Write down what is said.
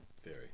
theory